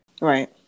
Right